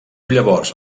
llavors